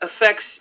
affects